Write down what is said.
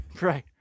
Right